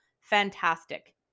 fantastic